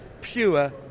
pure